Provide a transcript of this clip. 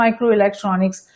microelectronics